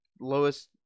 Lowest